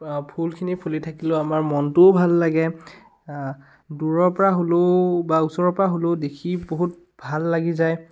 ফুলখিনি ফুলি থাকিলেও আমাৰ মনটোও ভাল লাগে দূৰৰ পৰা হ'লেও বা ওচৰৰ পৰা হ'লেও দেখি বহুত ভাল লাগি যায়